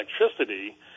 electricity